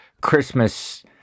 christmas